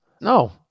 No